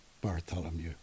Bartholomew